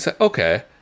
Okay